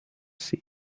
sea